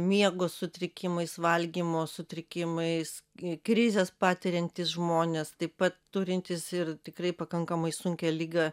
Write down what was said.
miego sutrikimais valgymo sutrikimais krizes patiriantys žmonės taip pat turintys ir tikrai pakankamai sunkią ligą